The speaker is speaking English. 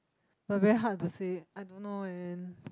but very hard to say I don't know eh